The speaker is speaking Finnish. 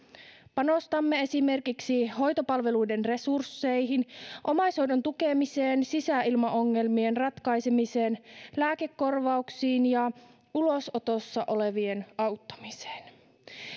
panostamme esimerkiksi hoitopalveluiden resursseihin omaishoidon tukemiseen sisäilmaongelmien ratkaisemiseen lääkekorvauksiin ja ulosotossa olevien auttamiseen